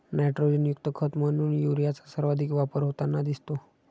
नायट्रोजनयुक्त खत म्हणून युरियाचा सर्वाधिक वापर होताना दिसतो